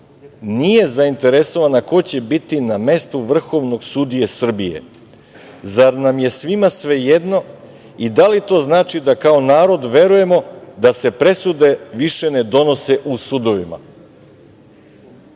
nije zainteresovana ko će biti na mestu vrhovnog mesta sudije? Zar nam je svima svejedno i da li to znači da kao narod verujemo da se presude više ne donose u sudovima?